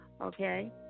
Okay